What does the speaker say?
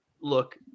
look